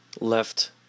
left